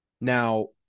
Now